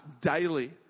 daily